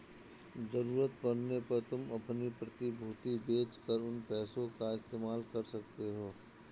ज़रूरत पड़ने पर तुम अपनी प्रतिभूति बेच कर उन पैसों का इस्तेमाल कर सकते हो